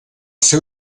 seu